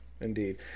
Indeed